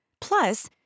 Plus